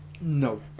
No